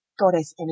goddess